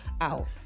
out